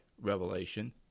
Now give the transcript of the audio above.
revelation